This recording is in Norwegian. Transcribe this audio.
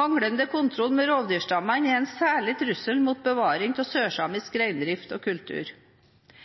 Manglende kontroll med rovdyrstammene er en særlig trussel mot bevaring av sørsamisk reindrift og kultur.